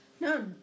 No